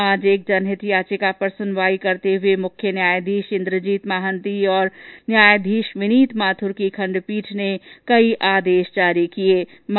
आज एक जनहित याचिका पर सुनवाई करते हुए मुख्य न्यायाधीश इन्द्रजीत महांती और न्यायाधीश विनीत माथुर की खंडपीठ ने कई आदेश जारी कर रिर्पोर्ट मांगी है